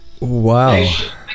wow